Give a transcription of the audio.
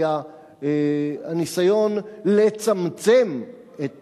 היה הניסיון לצמצם את הנזק.